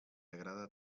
agrada